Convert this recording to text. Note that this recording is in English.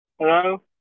Hello